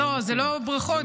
לא, זה לא ברכות.